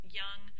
young